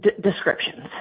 descriptions